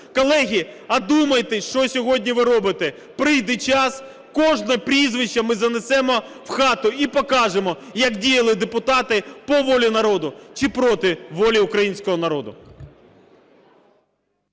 Колеги, одумайтесь, що сьогодні ви робите! Прийде час, кожне прізвище ми занесемо в хату і покажемо, як діяли депутати по волі народу чи проти волі українського народу.